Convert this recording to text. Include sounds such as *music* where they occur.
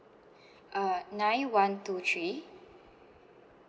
*breath* uh nine one two three